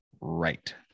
right